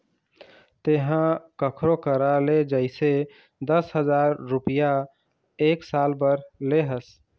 तेंहा कखरो करा ले जइसे दस हजार रुपइया एक साल बर ले हस